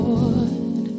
Lord